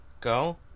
go